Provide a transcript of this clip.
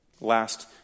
Last